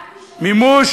רק מי,